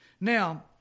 Now